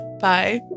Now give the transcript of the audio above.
Bye